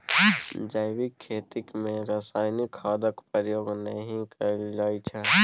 जैबिक खेती मे रासायनिक खादक प्रयोग नहि कएल जाइ छै